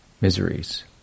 miseries